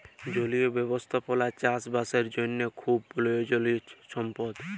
জলীয় ব্যবস্থাপালা চাষ বাসের জ্যনহে খুব পরয়োজলিয় সম্পদ